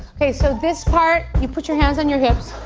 okay, so this part, you put your hands on your hips.